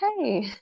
hey